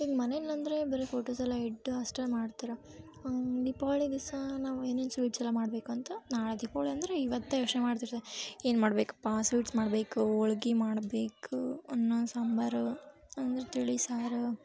ಈಗ ಮನೆಲ್ಲಂದರೆ ಬರೀ ಫೋಟೋಸ್ ಎಲ್ಲ ಇಟ್ಟು ಅಷ್ಟೇ ಮಾಡ್ತಾರೆ ದೀಪಾವಳಿ ದಿವಸ ನಾವು ಏನೇನು ಸ್ವೀಟ್ಸ್ ಎಲ್ಲ ಮಾಡಬೇಕು ಅಂತ ನಾಳೆ ದೀಪಾವಳಿ ಅಂದರೆ ಇವತ್ತೇ ಯೋಚನೆ ಮಾಡ್ತಿರ್ತಾರೆ ಏನು ಮಾಡಬೇಕಪ್ಪ ಸ್ವೀಟ್ಸ್ ಮಾಡಬೇಕು ಹೋಳ್ಗಿ ಮಾಡಬೇಕು ಅನ್ನ ಸಾಂಬಾರ್ ಅಂದ್ರೆ ತಿಳಿ ಸಾರು